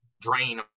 drain